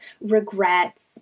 regrets